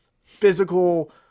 physical